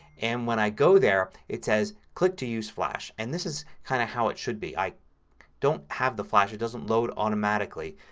and when i go there it says click to use flash. and this is kind of how it should be. i don't have flash. it doesn't load automatically.